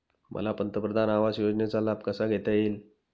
मला पंतप्रधान आवास योजनेचा लाभ कसा घेता येईल?